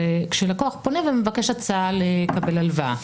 כשלקוח פונה ומבקש הצעה לקבל הלוואה.